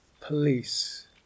police